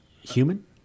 human